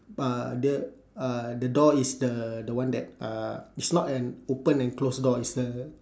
uh the uh the door is the the one that uh it's not an open and close door it's a